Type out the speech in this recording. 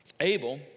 Abel